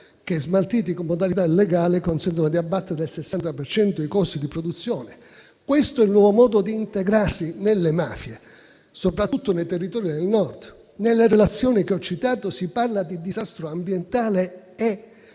cui smaltimento in modalità illegale consente di abbattere i costi del 60 per cento. Questo è il nuovo modo di integrarsi nelle mafie, soprattutto nei territori del Nord. Nelle relazioni che ho citato si parla di disastro ambientale ed